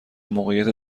موقعیت